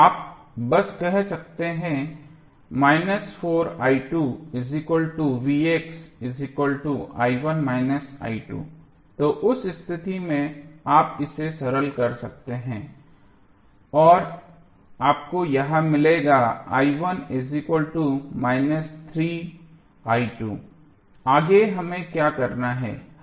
आप बस कह सकते हैं तो उस स्थिति में आप इसे सरल कर सकते हैं और आपको यह मिलेगा आगे हमें क्या करना है